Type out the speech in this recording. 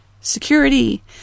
security